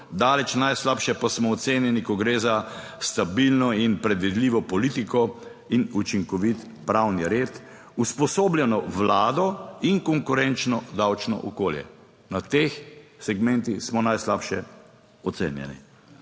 daleč najslabše pa smo ocenjeni, ko gre za stabilno in predvidljivo politiko in učinkovit pravni red, usposobljeno vlado in konkurenčno davčno okolje. Na teh segmentih smo najslabše ocenjeni.